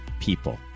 people